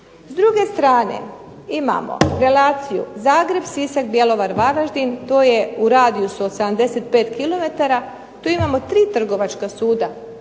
S druge strane imamo relaciju Zagreb-Sisak-Bjelovar-Varaždin, to je u radijusu od 75 kilometara, tu imamo tri trgovačka suda,